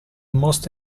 most